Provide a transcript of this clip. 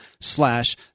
slash